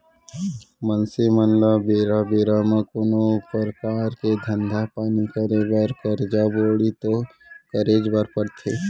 मनसे मन ल बेरा बेरा म कोनो परकार के धंधा पानी करे बर करजा बोड़ी तो करेच बर परथे